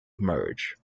merge